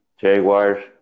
Jaguars